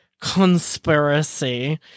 conspiracy